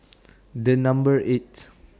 The Number eight